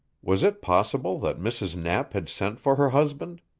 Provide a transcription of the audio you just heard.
was it possible that mrs. knapp had sent for her husband?